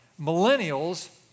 Millennials